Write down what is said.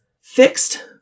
fixed